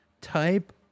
Type